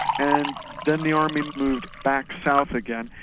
and then the army moved back south again.